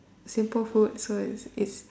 simple food so it's it's